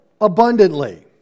abundantly